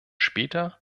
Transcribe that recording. später